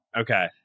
Okay